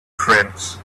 friends